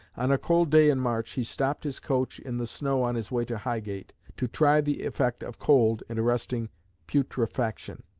on a cold day in march he stopped his coach in the snow on his way to highgate, to try the effect of cold in arresting putrefaction.